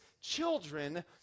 children